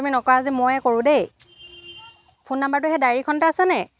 তুমি নকৰা যদি মইয়ে কৰোঁ দেই ফোন নম্বৰটো সেই ডায়েৰিখনতে আছেনে